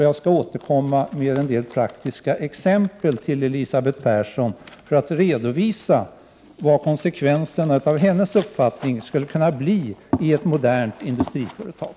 Jag skall återkomma till Elisabeth Persson med en del praktiska exempel för att redovisa vad konsekvenserna av hennes uppfattning skulle kunna bli i ett modernt industriföretag.